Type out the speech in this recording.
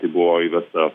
tai buvo įvesta